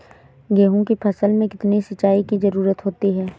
गेहूँ की फसल में कितनी सिंचाई की जरूरत होती है?